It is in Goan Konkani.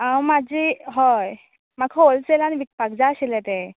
हांव म्हाजी हय म्हाका होलसेलान विकपाक जाय आशिल्ले ते